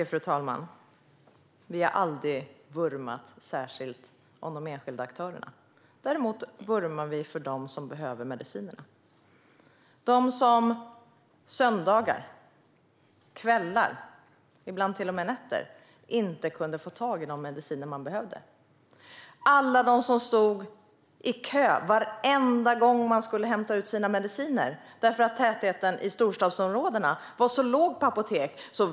Fru talman! Vi har aldrig vurmat särskilt för de enskilda aktörerna. Däremot vurmar vi för dem som behöver medicinerna - för dem som på söndagar, på kvällar och ibland till och med på nätterna inte kunde få tag i de mediciner som de behövde. Vi vurmar för alla dem som stod i kö varenda gång de skulle hämta ut sina mediciner, eftersom apotekstätheten i storstadsområdena var så låg.